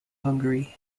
hungary